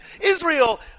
Israel